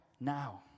now